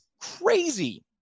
crazy